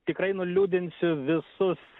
tikrai nuliūdinsiu visus